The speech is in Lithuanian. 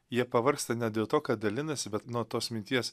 jie pavargsta ne dėl to kad dalinasi bet nuo tos minties